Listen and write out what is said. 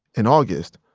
in august,